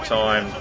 time